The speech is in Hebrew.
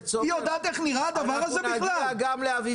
היא יודעת איך נראה הדבר הזה בכלל שלא